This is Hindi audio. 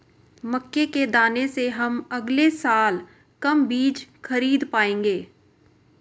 मक्के के दाने से हम अगले साल कम बीज खरीद पाएंगे